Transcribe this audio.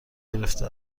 گرفته